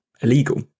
illegal